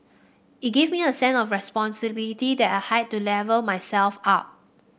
it gave me a sense of responsibility that I had to level myself up